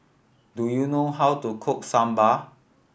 do you know how to cook Sambar